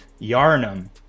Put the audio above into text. Yarnum